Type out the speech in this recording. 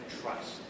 trust